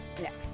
next